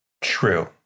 True